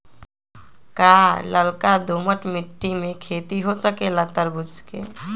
का लालका दोमर मिट्टी में खेती हो सकेला तरबूज के?